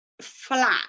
flat